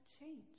change